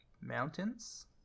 mountains